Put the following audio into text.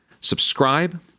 subscribe